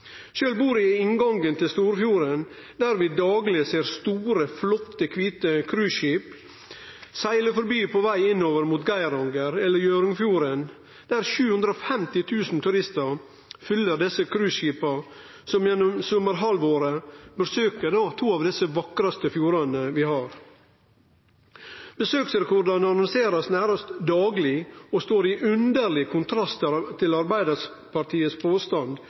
bur eg i inngangen til Storfjorden, der vi dagleg ser store, flotte, kvite cruiseskip segle forbi på veg innover mot Geiranger- eller Hjørundfjorden, der 750 000 turistar fyller desse cruiseskipa, som gjennom sommarhalvåret besøkjer desse to fjordane, som er blant dei vakraste vi har. Besøksrekordane blir annonserte nærast dagleg og står i underleg kontrast til